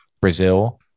Brazil